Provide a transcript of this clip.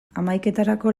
hamaiketarako